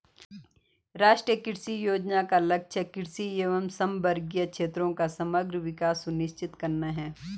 राष्ट्रीय कृषि योजना का लक्ष्य कृषि एवं समवर्गी क्षेत्रों का समग्र विकास सुनिश्चित करना है